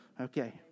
Okay